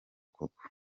koko